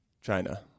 China